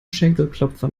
schenkelklopfer